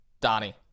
Donnie